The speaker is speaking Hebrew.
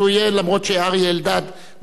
אף שאריה אלדד מחליף.